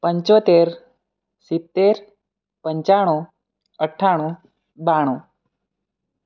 પંચોતેર સિત્તેર પંચાણું અઠ્ઠાણું બાણું